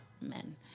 men